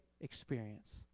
experience